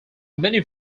many